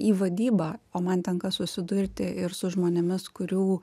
į vadybą o man tenka susidurti ir su žmonėmis kurių